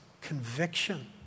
Conviction